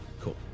Cool